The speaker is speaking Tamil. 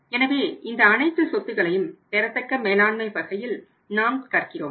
எனவே இந்த அனைத்து சொத்துக்களையும் பெறத்தக்க மேலாண்மை வகையில் நாம் கற்கிறோம்